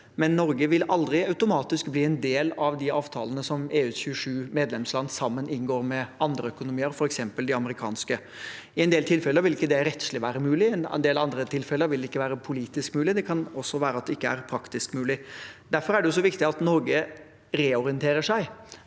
men Norge vil aldri automatisk bli en del av de avtalene som EUs 27 medlemsland sammen inngår med andre økonomier, f.eks. de amerikanske. I en del tilfeller vil det ikke være rettslig mulig, og i en del andre tilfeller vil det ikke være politisk mulig. Det kan også være at det ikke er praktisk mulig. Derfor er det så viktig at Norge reorienterer seg,